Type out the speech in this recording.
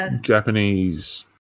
Japanese